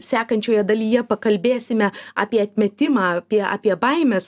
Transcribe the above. sekančioje dalyje pakalbėsime apie atmetimą apie apie baimes